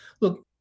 Look